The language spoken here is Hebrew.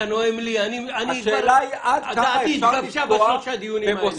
אתה נואם לי, דעתי כבר התגבשה בשלושה דיונים האלה.